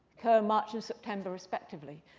occur march and september respectively.